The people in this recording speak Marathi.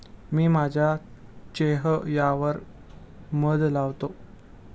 मी माझ्या चेह यावर मध लावते